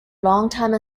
longtime